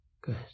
Good